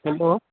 hello